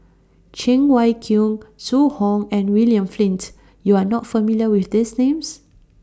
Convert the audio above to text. Cheng Wai Keung Zhu Hong and William Flint YOU Are not familiar with These Names